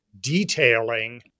detailing